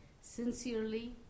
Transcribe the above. sincerely